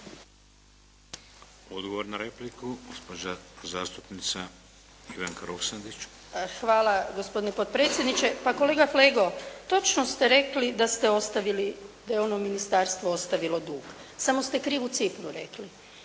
Odgovor na repliku, gospođa zastupnica Ivanka Roksandić. **Roksandić, Ivanka (HDZ)** Hvala gospodine potpredsjedniče. Pa kolega Flego, točno ste rekli da ste ostavili, da je ono ministarstvo ostavilo dug, samo ste krivu cifru rekli.